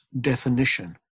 definition